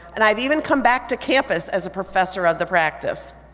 and i've even come back to campus as a professor of the practice.